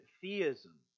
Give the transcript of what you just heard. theism